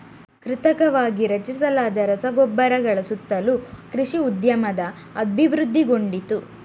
ಕೃತಕವಾಗಿ ರಚಿಸಲಾದ ರಸಗೊಬ್ಬರಗಳ ಸುತ್ತಲೂ ಕೃಷಿ ಉದ್ಯಮವು ಅಭಿವೃದ್ಧಿಗೊಂಡಿತು